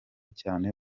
cyane